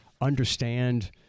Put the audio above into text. understand